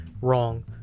wrong